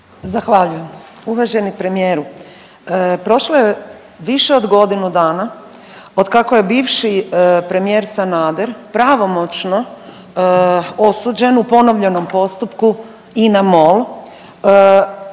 Zahvaljujem. Uvaženi premijeru, prošlo je više od godinu dana od kako je bivši premijer Sanader pravomoćno osuđen u ponovljenom postupku Ina-Mol